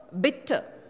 bitter